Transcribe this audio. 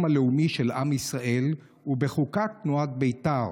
הלאומי של עם ישראל ובחוקת תנועת בית"ר,